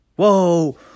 Whoa